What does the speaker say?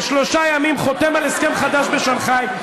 בשלושה ימים חותם על הסכם חדש בשנגחאי,